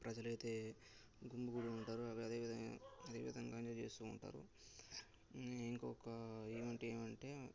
ప్రజలైతే గుమికూడి ఉంటారు అదేవిధంగా అదేవిధంగా ఎంజాయ్ చేస్తూ ఉంటారు ఇంకొక ఈవెంట్ ఏమంటే